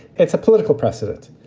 it's a political precedent.